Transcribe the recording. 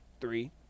three